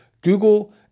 Google